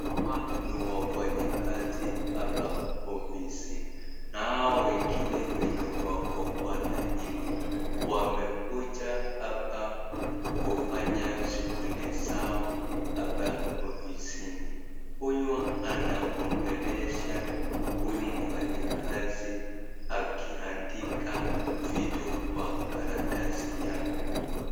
Hawa ni wafanyikazi hapa ofisi ,hao wengine wenye wako kwa laini wamekuja hapa kufanya shughuli zao hapa ofisini ,huyu anaongelesha huyu mfanyikazi akiandika vitu kwa karatasi yake.